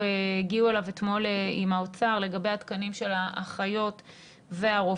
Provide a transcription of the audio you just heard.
אליו אתמול עם האוצר לגבי התקנים של האחיות והרופאים,